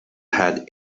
had